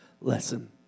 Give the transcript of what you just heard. Lesson